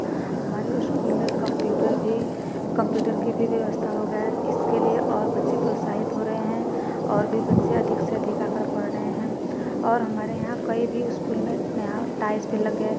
हमारे उस्कूल में कंप्यूटर भी कंप्यूटर के भी व्यवस्था हो गया है इसके लिए और बच्चे प्रोत्साहित हो रहे हैं और भी बच्चे अधिक से अधिक आ कर पढ़ रहें हैं और हमारे यहाँ कई भी उस्कूल में यहाँ टाइल्स भी लग गया है